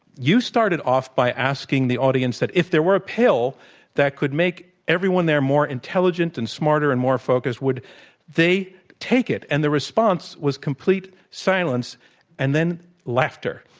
you started off by asking the audience that if there were a pill that could make everyone there more intelligent and smarter and more focused, would they take it? and the response was complete silence and then laughter.